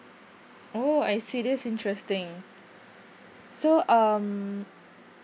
oh I see that's interesting so um